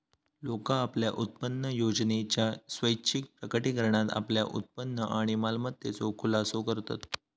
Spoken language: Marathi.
लोका आपल्या उत्पन्नयोजनेच्या स्वैच्छिक प्रकटीकरणात आपल्या उत्पन्न आणि मालमत्तेचो खुलासो करतत